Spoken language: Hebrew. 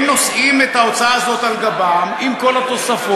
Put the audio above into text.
הם נושאים את ההוצאה הזאת על גבם, עם כל התוספות.